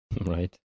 Right